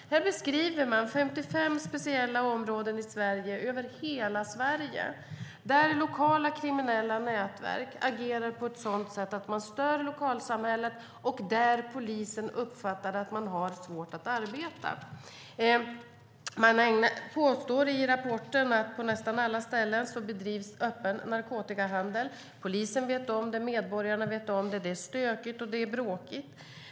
Här beskriver man 55 speciella områden över hela Sverige, där lokala kriminella nätverk agerar på ett sådant sätt att man stör lokalsamhället och där polisen uppfattar att de har svårt att arbeta. Man påstår i rapporten att det på nästan alla ställen bedrivs öppen narkotikahandel. Polisen vet om det, medborgarna vet om det. Det är stökigt, och det är bråkigt.